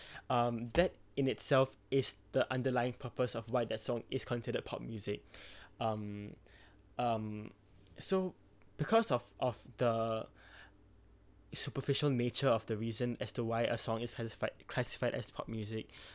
um that in itself is the underlying purpose of why that song is considered pop music um um so because of of the superficial nature of the reason as to why a song is classify classified as pop music